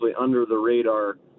under-the-radar